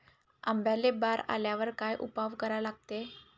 आंब्याले बार आल्यावर काय उपाव करा लागते?